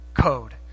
Code